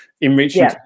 enriching